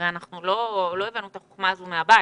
הרי אנחנו לא הבאנו את החוכמה הזאת מהבית